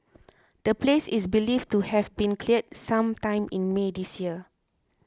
the place is believed to have been cleared some time in May this year